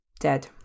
Dead